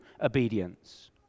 obedience